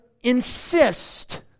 insist